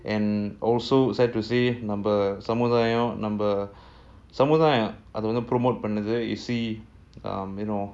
and also said to say number number you know